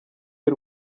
y’u